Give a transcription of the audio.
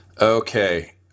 Okay